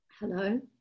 Hello